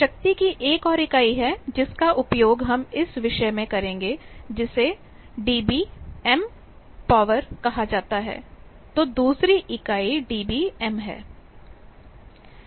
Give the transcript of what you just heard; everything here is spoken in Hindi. शक्ति की एक और इकाई है जिसका उपयोग हम इस विषय में करेंगे जिसे dBm पॉवर कहा जाता है तो दूसरी इकाई dBm है